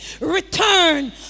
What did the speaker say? return